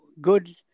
good